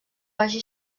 vagi